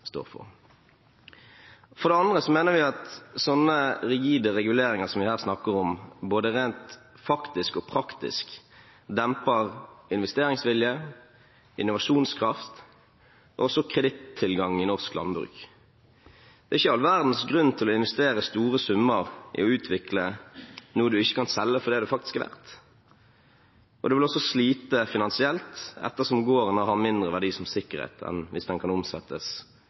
For det andre mener vi at slike rigide reguleringer som vi her snakker om, både rent faktisk og praktisk demper investeringsvilje, innovasjonskraft og også kredittilgangen i norsk landbruk. Det er ikke all verdens grunn til å investere store summer i å utvikle når man ikke kan selge for det det faktisk er verdt, og man vil også slite finansielt, ettersom gården har mindre verdi som sikkerhet enn den har hvis den kan omsettes